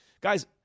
Guys